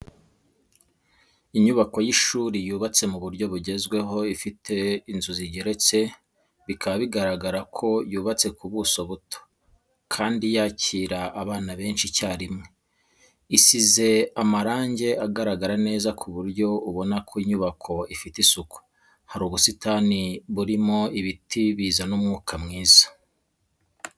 Inyubako y'ishuri yubatse mu buryo bugezweho ifite inzu zigeretse, bikaba bigaragara ko yubatse ku buso buto, kandi yakira abana benshi icyarimwe. Isize amarange agaragara neza ku buryo ubona ko inyubako ifite isuku, hari ubusitani burimo ibiti bizana umwuka mwiza.